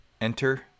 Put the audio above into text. enter